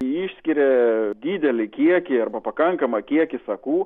ji išskiria didelį kiekį arba pakankamą kiekį sakų